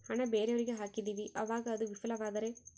ಹಣ ಬೇರೆಯವರಿಗೆ ಹಾಕಿದಿವಿ ಅವಾಗ ಅದು ವಿಫಲವಾದರೆ?